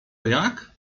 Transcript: jak